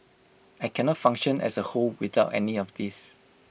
I cannot function as A whole without any one of these